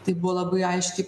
tai buvo labai aiškiai